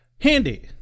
Handy